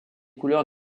couleurs